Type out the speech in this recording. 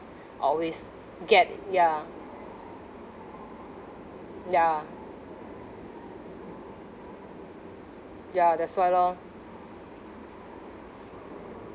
always get ya ya ya that's why lor